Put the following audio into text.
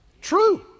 true